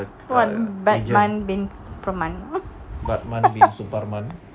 batman bin superman